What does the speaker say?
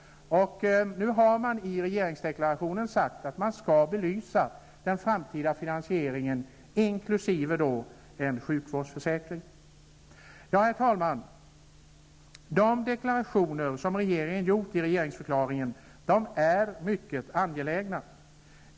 I regeringsdeklarationen sägs att man skall belysa den framtida finansieringen inkl. en sjukvårdsförsäkring. De deklarationer som regeringen har gjort i regeringsförklaringen är mycket angelägna.